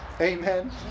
Amen